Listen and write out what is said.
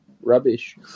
rubbish